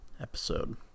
episode